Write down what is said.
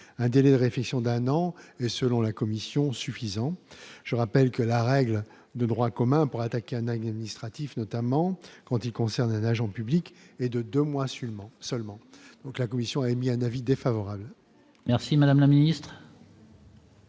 un délai de réflexion d'un an, et selon la Comission suffisant, je rappelle que la règle de droit commun pour attaquer un administratif, notamment quand il concerne un agent public et de 2 mois, assumant seulement donc la commission a émis un avis défavorable. Merci madame la ministre.